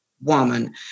woman